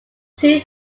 two